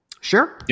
sure